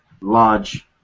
large